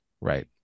right